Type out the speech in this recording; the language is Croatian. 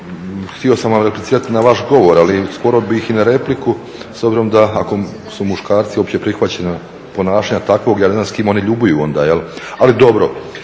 htio sam vam replicirati na vaš govor, ali skoro bih i na repliku s obzirom da ako su muškarci opće prihvaćeni ponašanja takvog, ja ne znam s kim oni ljubuju onda. Ali dobro.